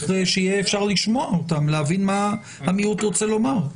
צריך שיהיה אפשר לשמוע אותם ולהבין מה המיעוט רוצה לומר.